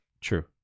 true